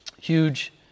Huge